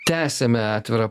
tęsiame atvirą